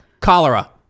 Cholera